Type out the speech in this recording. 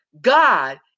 God